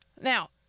Now